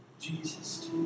Jesus